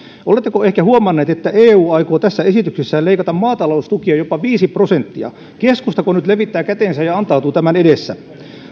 oletteko ehkä huomannut että eu aikoo tässä esityksessään leikata maataloustukia jopa viisi prosenttia keskustako nyt levittää kätensä ja antautuu tämän edessä